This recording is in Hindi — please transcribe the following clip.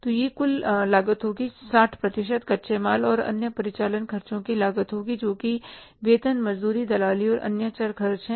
तो यह कुल लागत होगी 60 प्रतिशत कच्चे माल और अन्य परिचालन खर्चों की लागत होगी जो कि वेतन मजदूरी दलाली और अन्य चर खर्च हैं